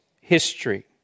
history